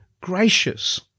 gracious